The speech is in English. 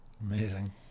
Amazing